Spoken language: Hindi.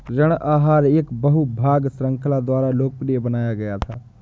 ऋण आहार एक बहु भाग श्रृंखला द्वारा लोकप्रिय बनाया गया था